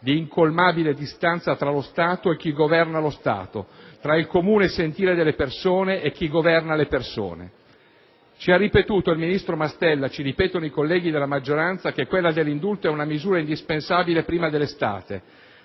di incolmabile distanza tra lo Stato e chi Governa lo Stato, tra il comune sentire delle persone e chi governa le persone. Ci ha ripetuto il ministro Mastella, ci ripetono i colleghi della maggioranza, che quella dell'indulto è una misura indispensabile prima dell'estate,